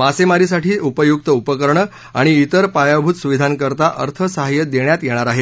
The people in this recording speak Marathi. मासेमारीसाठी उपयुक्त उपकरणं आणि इतर पायाभूत सुविधांकरता अर्थसहाय्य देण्यात येणार आहे